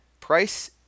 price